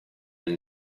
also